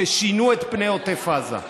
ששינו את פני עוטף עזה.